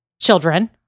children